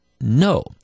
no